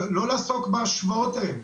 לא לעסוק בהשוואות האלה.